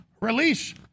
Release